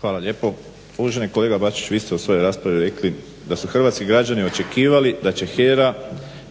Hvala lijepo. Uvaženi kolega Bačić vi ste u svojoj raspravi rekli da su hrvatski građani očekivali da će HERA